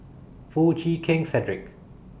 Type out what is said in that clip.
Foo Chee Keng Cedric